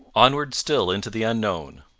onward still into the unknown!